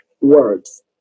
words